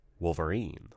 Wolverine